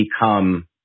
become